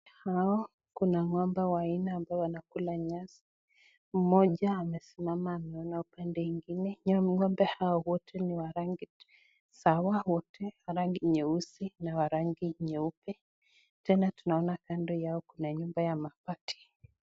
Kuna ng'ombe wanne ambao wanakula nyasi mmoja amesimama anaona pande ngine. Ng'ombe hawa wote ni ya rangi sawa wote rangi nyeusi na rangi nyeupe. Tena tunaona kando yake kuna nyumba ya mabati.